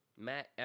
Matt